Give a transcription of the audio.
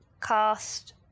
cast